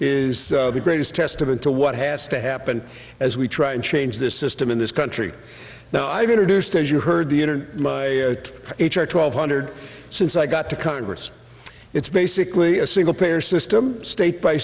is the greatest testament to what has to happen as we try and change this system in this country now i've introduced as you heard the internet twelve hundred since i got to congress it's basically a single payer system state by